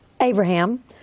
Abraham